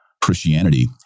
christianity